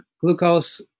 glucose